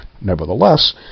Nevertheless